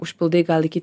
užpildai gal iki